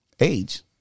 Age